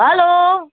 hello